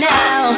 now